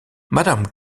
madame